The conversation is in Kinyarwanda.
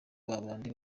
babandi